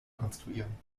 konstruieren